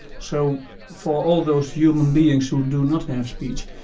so for all those human beings who do not have speech,